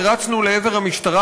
ורצנו לעבר המשטרה,